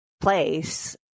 place